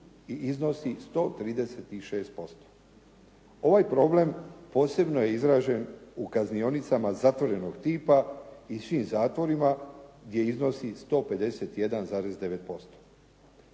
i iznosi 136%. Ovaj problem posebno je izražen u kaznionicama zatvorenog tipa i svim zatvorima gdje iznosi 151,9%.